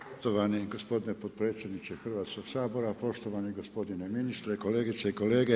Poštovani gospodine potpredsjedniče Hrvatskog sabora, poštovani gospodine ministre, kolegice i kolege.